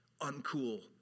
uncool